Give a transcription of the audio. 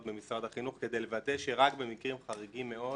במשרד החינוך כדי לוודא שרק במקרים חריגים מאוד